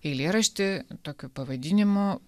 eilėraštį tokiu pavadinimu